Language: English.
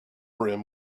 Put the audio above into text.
brim